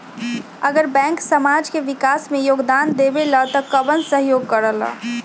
अगर बैंक समाज के विकास मे योगदान देबले त कबन सहयोग करल?